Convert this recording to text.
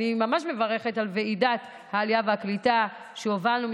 אני ממש מברכת על ועידת העלייה והקליטה שהובלנו,